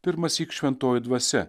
pirmąsyk šventoji dvasia